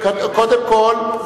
קודם כול,